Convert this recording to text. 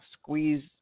squeeze